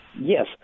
Yes